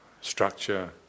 structure